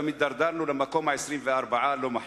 היום הידרדרנו למקום ה-24 הלא-מחמיא.